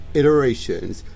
iterations